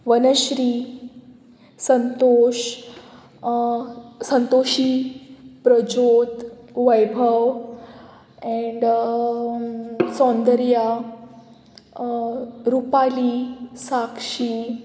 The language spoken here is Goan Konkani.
वनश्री संतोश संतोशी प्रज्योत वैभव एण्ड सौंदर्या रुपाली साक्षी